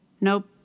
Nope